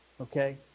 Okay